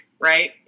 Right